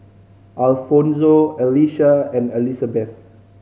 Alfonzo Alicia and Elisabeth